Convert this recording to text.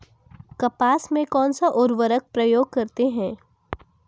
कपास में कौनसा उर्वरक प्रयोग करते हैं?